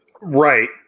Right